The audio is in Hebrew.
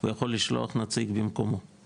הוא יכול לשלוח נציג במקומו.